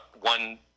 one